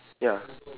ya